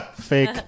Fake